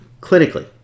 clinically